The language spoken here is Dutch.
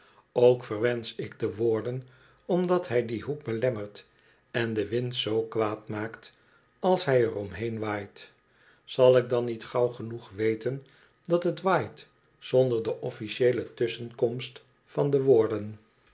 ook verwensch ik den warden omdat hij dien hoek belemmert en den wind zoo kwaad maakt als hij er omheen waait zal ik dan niet gauw genoeg weten dat het waait zonder de ofïïcieele tusschenkomst van den warden